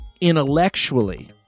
intellectually